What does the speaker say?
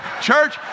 church